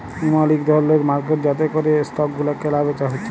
ইমল ইক ধরলের মার্কেট যাতে ক্যরে স্টক গুলা ক্যালা বেচা হচ্যে